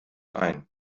ein